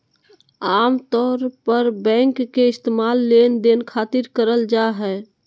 आमतौर पर बैंक के इस्तेमाल लेनदेन खातिर करल जा हय